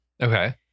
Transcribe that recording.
Okay